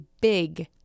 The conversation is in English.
big